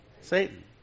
Satan